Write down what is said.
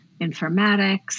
informatics